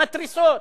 מתריסות,